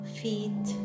feet